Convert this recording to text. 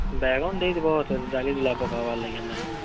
ବାଇଙ୍ଗନ୍ ଦେଇ ଦେବ ସେ ଡ଼ାଲି ଡ଼ୁଲା ପକାବାର୍ ଲାଗି ଏନ୍ତା